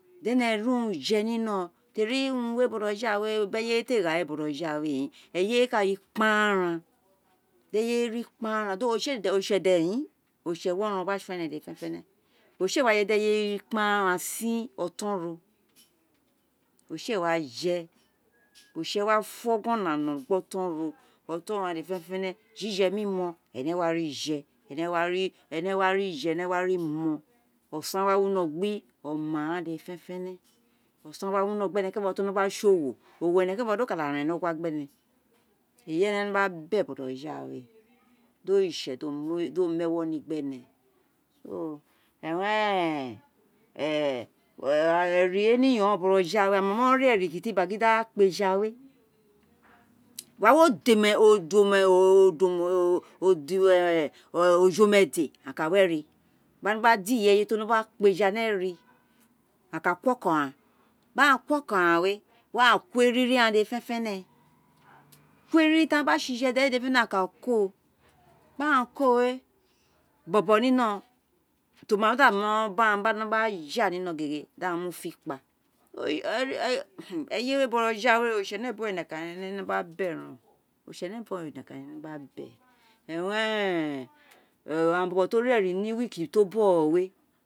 Di ẹnẹ ri urun jẹ ninọ rọn teri urun bọjọghawé, bi ẹyé té gha bojo ghawé, eyé wé ka in kparan, di eyé wé ri kparan oritse de in, oritse wi oron gba son ene dede fẹnẹfẹnẹ, oritsẹ éé wa jedi eyé wé ni kparan sin oton ro oritse éé wa je oritse wa fu ogo na no gbe otouro, oton ro ghan dede fenefene jije, mimo, ẹnẹ wa ri je ene wa ri mo, osan wa wiho gbe̊ oma ghan de̊de fẹnẹfẹnẹ osan wa wino gbe ẹnẹ kẹrẹnfọ ti o wino gba sé owo, owo ẹnẹ kẹrẹnfo di o ka da ren ni ọgua, eyi ẹnẹ nọ gba bẹ bojọ ghawé di oritse dio mu ewọ ni gbẹ ẹnẹ so eren eri wé ni iyongho bojogha wé, ẹnẹ nemi mo ré eri kiti gba gindi a kpa eja wé ojomẹdẹ aghan wi eri gba aghan gba dé ireyé ti o nọ gba kpa éja ni ẹri a ka kuri ọkọ ghan, gba ghan kuri oko ghan wé were aghan eriri ghan dede fẹnẹfẹnẹ ko eriri ti agba sé ijedẹ wé dédé fẹrẹfẹnẹ aghan ka ko, da aghan wé bobo niniron ti o ma da ro, ba ghan gba nogba ja nino gegé dioa mu fi kpa eyé wé bojoghawé ori tse nẹbuwẹ nọkan owun ẹnẹ nọ gba bẹ ren o, oritsẹnẹbuwẹ nọkan owun ẹnẹ no gba bẹ aghan bobo ti o ré eri ni week ti o bogho wé.